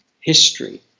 history